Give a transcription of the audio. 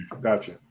Gotcha